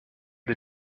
des